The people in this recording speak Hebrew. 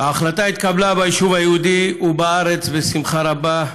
ההחלטה התקבלה ביישוב היהודי בארץ בשמחה רבה.